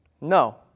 No